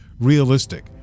realistic